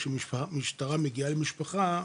כאשר משטרה מגיעה למשפחה,